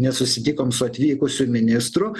nesusitikom su atvykusiu ministru